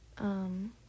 um-